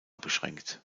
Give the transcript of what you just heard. beschränkt